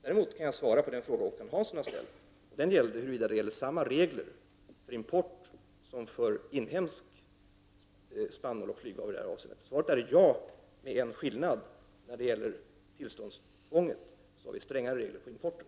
Däremot kan jag svara på den fråga som Håkan Hansson har ställt, om huruvida samma regler gäller för importerad som för inhemsk spannmål med flyghavre i detta avseende. Svaret är ja. Det är dock en skillnad, nämligen att vi när det gäller tillståndstvånget har strängare regler för importen.